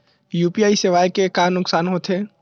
UPI सेवाएं के का नुकसान हो थे?